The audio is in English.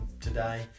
today